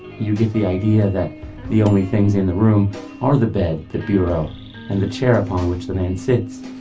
you get the idea that the only things in the room are the bed, the bureau and the chair upon which the man sits.